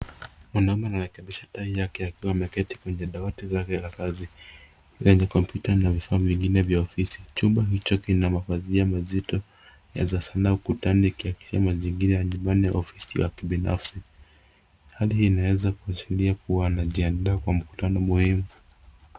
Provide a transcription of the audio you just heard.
Mwanaume anarekibisha tia yake akiwa ameketi koti yake la kazi, lenye kompyuta na vifaa vingine vya ofisi. Chumba hicho ina pazia mazito sana sana ukutani yakiasheria mazingira ya nyumbani au ofisi ya kibinafsi. Hali hii inaeza kuashiria kuwa anajiandaa kwa mkutano muhimu.